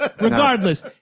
regardless